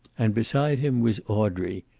and beside him was audrey,